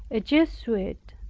a jesuit,